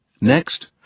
Next